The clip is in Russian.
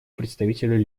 представителю